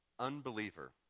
unbeliever